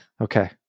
okay